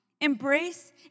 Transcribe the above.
Embrace